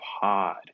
pod